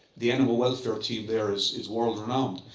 the animal welfare team there is is world-renowned.